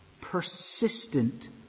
persistent